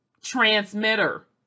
transmitter